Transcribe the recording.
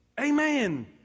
Amen